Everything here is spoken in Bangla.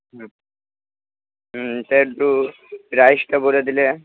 হুম সে একটু প্রাইসটা বলে দিলে